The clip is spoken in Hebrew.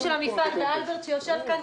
של המפעל וגם עם אלברט הלוי שיושב כאן,